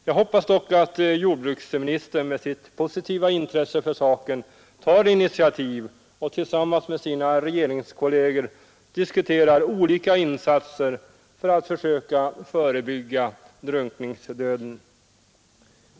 Jag hoppas dock att jordbruksministern med sitt positiva intresse för saken tar initiativ och tillsammans med sina regeringskolleger diskuterar olika insatser för att försöka förebygga drunkningsdöden.